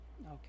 okay